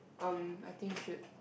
erm I think you should